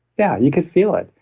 yeah. you could feel it.